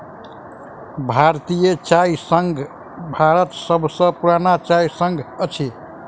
भारतीय चाय संघ भारतक सभ सॅ पुरान चाय संघ अछि